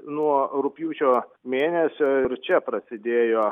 nuo rugpjūčio mėnesio ir čia prasidėjo